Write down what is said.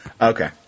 Okay